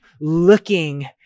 looking